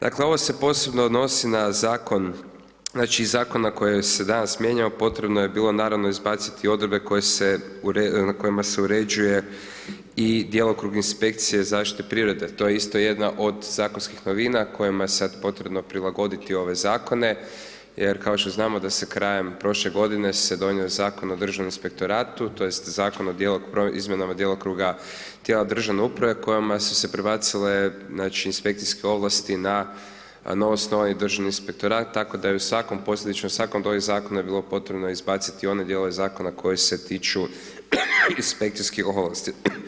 Dakle on se posebno odnosi iz zakona koji se danas mijenjao, potrebno je bilo naravno izbaciti odredbe na kojima se uređuje i djelokrug inspekcije zaštite prirode, to je isto jedna od zakonskih novina kojima je sad potrebno prilagoditi ove zakone jer kao što znamo da se krajem prošle godine donio Zakon o Državnom inspektoratu tj. Zakon o izmjenama djelokruga tijela državne uprave kojima su se prebacile inspekcijske ovlasti na novoosnovani Državni inspektorat tako da je u svakom posljedično, u svakom od ovih zakona bili bilo potrebno izbaciti one dijelove zakona koji se tiču inspekcijskih ovlasti.